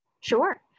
Sure